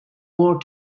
more